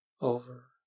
over